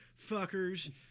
fuckers